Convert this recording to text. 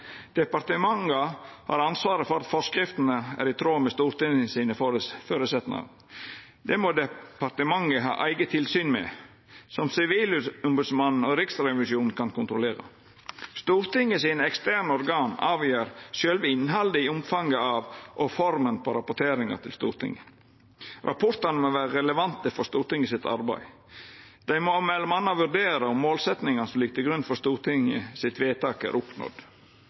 har ansvaret for at forskriftene er i tråd med Stortingets føresetnader. Det må departementet ha eige tilsyn med, som Sivilombodsmannen og Riksrevisjonen kan kontrollera. Stortinget sine eksterne organ avgjer sjølve innhaldet i, omfanget av og forma på rapporteringa til Stortinget. Rapportane må vera relevante for Stortingets arbeid. Dei må m.a. vurdera om målsettinga som ligg til grunn for stortingsvedtaket, er oppnådd.